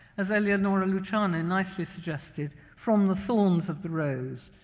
as eleanora luciano nicely suggested, from the thorns of the rose.